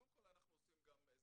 קודם כול אנחנו עושים גם אזורי.